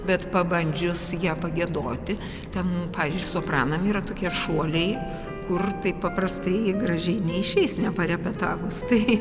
bet pabandžius ją pagiedoti ten pavyzdžiui sopranam yra tokie šuoliai kur taip paprastai ir gražiai neišeis neparepetavus tai